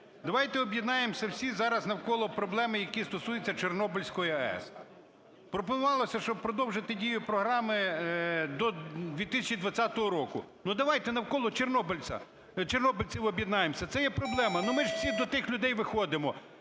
Давайте об'єднаємося всі зараз навколо проблем, які стосуються Чорнобильської АЕС. Пропонувалося, щоб продовжити дію програми до 2020 року. Ну, давайте навколо чорнобильців об'єднаємося, це є проблема, ну, ми всі до тих людей виходимо.